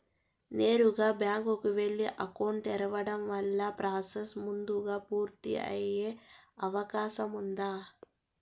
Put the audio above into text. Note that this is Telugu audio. నేరుగా బ్యాంకు కు వెళ్లి అకౌంట్ తెరవడం వల్ల ప్రాసెస్ ముందుగా పూర్తి అయ్యే అవకాశం ఉందా?